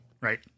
right